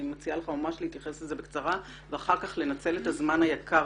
אני מציעה לך להתייחס לכך בקצרה ואחר כך לנצל את הזמן היקר